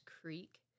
Creek